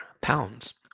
pounds